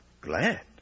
Glad